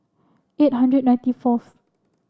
eight hundred ninety fourth